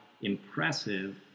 impressive